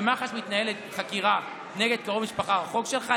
במח"ש מתנהלת חקירה נגד קרוב משפחה רחוק שלך.